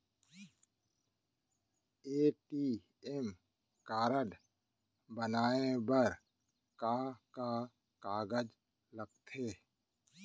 ATM card बनवाये बर का का कागज लगथे?